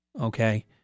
Okay